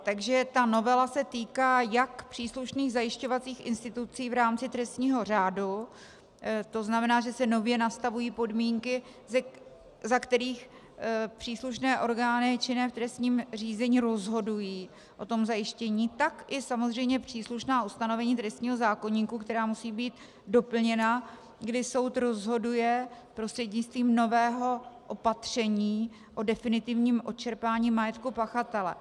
Takže novela se týká jak příslušných zajišťovacích institucí v rámci trestního řádu, to znamená, že se nově nastavují podmínky, za kterých příslušné orgány činné v trestním řízení rozhodují o zajištění, tak i samozřejmě příslušná ustanovení trestního zákoníku, která musí být doplněna, kdy soud rozhoduje prostřednictvím nového opatření o definitivním odčerpání majetku pachatele.